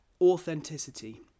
authenticity